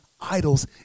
idols